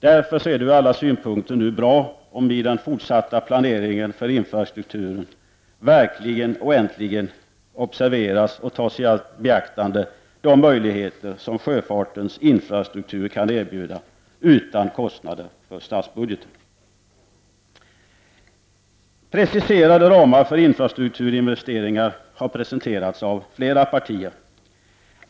Därför är det ur alla synpunkter nu bra om det i den fortsatta planeringen för infrastrukturen verkligen och äntligen observeras och tas i beaktande de möjligheter som sjöfartens infrastruktur kan erbjuda — utan kostnader över statsbudgeten. Preciserade ramar för infrastrukturinvesteringar har presenterats av flera partier.